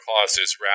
causes